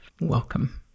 Welcome